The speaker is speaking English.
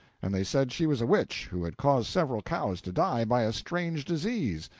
and they said she was a witch who had caused several cows to die by a strange disease,